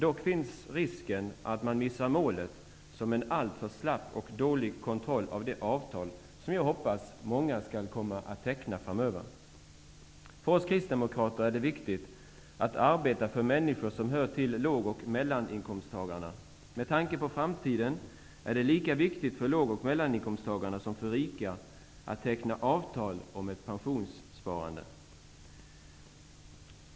Dock finns risken att man missar målet genom en alltför slapp och dålig kontroll av de avtal som jag hoppas att många skall teckna framöver. För oss kristdemokrater är det viktigt att arbeta för människor som hör till låg och mellaninkomsttagarna. Med tanke på framtiden är det lika viktigt för låg och mellaninkomsttagare som för rika att teckna avtal om ett pensionssparande.